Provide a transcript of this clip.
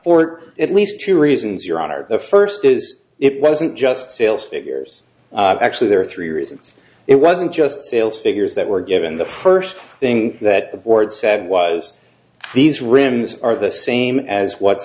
for at least two reasons your honor the first is it wasn't just sales figures actually there are three reasons it wasn't just sales figures that were given the first thing that the board said was these rims are the same as what